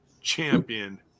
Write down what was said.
Champion